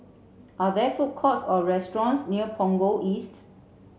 are there food courts or restaurants near Punggol East